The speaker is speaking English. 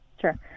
Sure